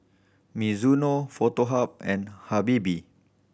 Mizuno Foto Hub and Habibie